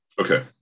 Okay